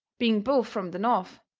being both from the north,